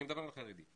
אני מדבר על החרדי.